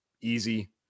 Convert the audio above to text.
Easy